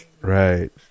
right